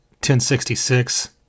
1066